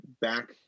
back